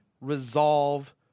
resolve